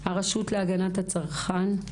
הרשות להגנת הצרכן,